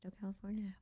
California